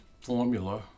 formula